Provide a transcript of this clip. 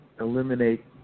Eliminate